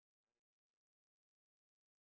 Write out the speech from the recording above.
you want to a student a lesson lah